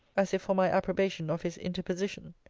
as if for my approbation of his interposition.